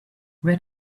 where